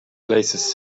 places